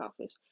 office